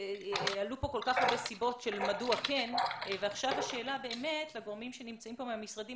עלו כאן כל כך הרבה סיבות מדוע כן ועכשיו השאלה לגורמים מהמשרדים